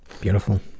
Beautiful